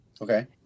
Okay